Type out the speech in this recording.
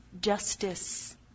justice